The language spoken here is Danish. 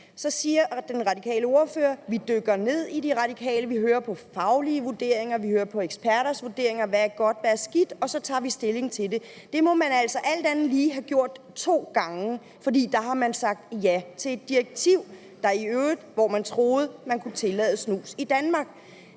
siger den radikale ordfører: Vi Radikale dykker ned i det; vi hører på faglige vurderinger; vi hører på eksperters vurderinger, med hensyn til hvad der er godt, og hvad der er skidt, og så tager vi stilling til det. Det må man altså alt andet lige have gjort to gange, for der har man sagt ja til et direktiv, hvorefter man i øvrigt troede, at snus måtte være tilladt i Danmark.